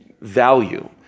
value